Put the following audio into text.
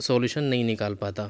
solution نہیں نکال پاتا